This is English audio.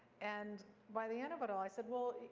and by the end of it all, i said, well,